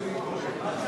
מה קרה?